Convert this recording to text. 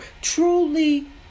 truly